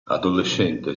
adolescente